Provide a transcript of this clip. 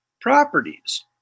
properties